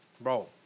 Bro